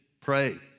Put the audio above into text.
Pray